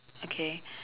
okay